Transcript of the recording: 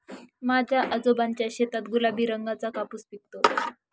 माझ्या आजोबांच्या शेतात गुलाबी रंगाचा कापूस पिकतो